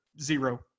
zero